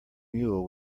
mule